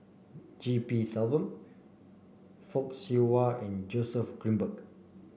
G P Selvam Fock Siew Wah and Joseph Grimberg